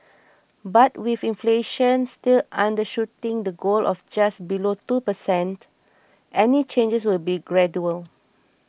but with inflation still undershooting the goal of just below two per cent any changes will be gradual